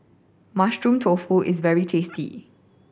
Mushroom Tofu is very tasty